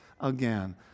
again